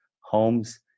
homes